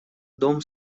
дом